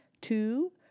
two